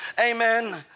amen